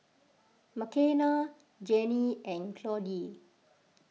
Makenna Jennie and Claudie